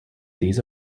these